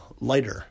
lighter